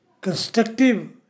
constructive